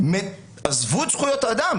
עזבו את זכויות האדם,